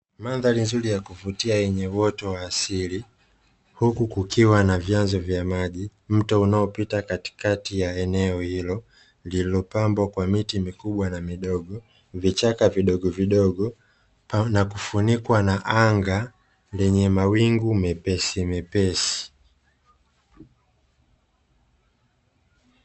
Mandhari nzuri ya kuvutia yenye uoto wa asili huku kukiwa na vyanzo vya maji, mto unaopita katikati ya eneo hilo lililopambwa kwa miti mikubwa na midogo vichaka vidogovidogo na kufunikwa na anga lenye mawingu mepesimepesi.